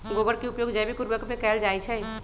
गोबर के उपयोग जैविक उर्वरक में कैएल जाई छई